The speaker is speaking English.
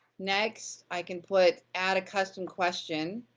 next, i can put add a custom question.